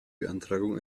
beantragung